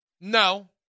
no